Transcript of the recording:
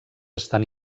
estan